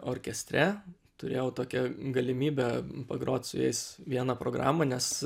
orkestre turėjau tokią galimybę pagrot su jais vieną programą nes